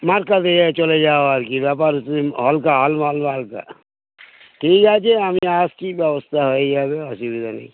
মার্কা দিয়ে চলে যাওয়া আর কি ব্যাপার হলকা হল মাল ঠিক আছে আমি আসছি ব্যবস্থা হয়ে যাবে অসুবিধা নেই